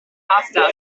after